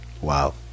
Wow